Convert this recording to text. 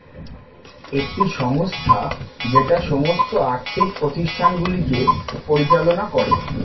একটি সংস্থা যেটা সমস্ত আর্থিক প্রতিষ্ঠানগুলিকে পরিচালনা করে